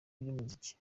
by’umuziki